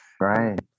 Right